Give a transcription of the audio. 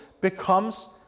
becomes